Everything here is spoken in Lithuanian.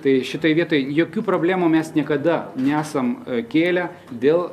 tai šitoj vietoj jokių problemų mes niekada nesam kėlę dėl